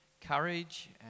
courage